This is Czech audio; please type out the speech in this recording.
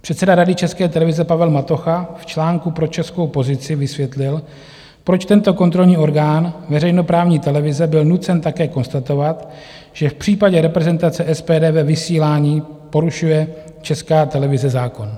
Předseda Rady České televize Pavel Matocha v článku pro Českou pozici vysvětlil, proč tento kontrolní orgán veřejnoprávní televize byl nucen také konstatovat, že v případě reprezentace SPD ve vysílání porušuje Česká televize zákon.